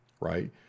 right